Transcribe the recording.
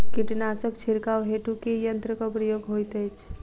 कीटनासक छिड़काव हेतु केँ यंत्रक प्रयोग होइत अछि?